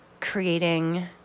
creating